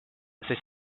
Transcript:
sest